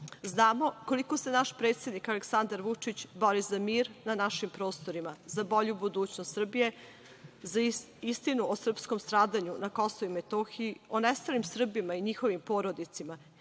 koliko se naš predsednik Aleksandar Vučić bori za mir na našim prostorima, a bolju budućnost Srbije, za istinu o srpskom stradanju na KiM, o nestalim Srbima i njihovim porodicama